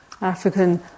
African